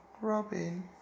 Robin